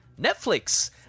Netflix